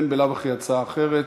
אין בלאו הכי הצעה אחרת.